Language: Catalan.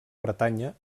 bretanya